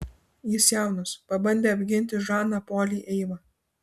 jis jaunas pabandė apginti žaną polį eiva